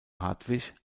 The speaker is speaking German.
hartwig